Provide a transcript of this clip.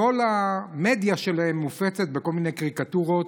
בכל המדיה שלהם מופצות כל מיני קריקטורות,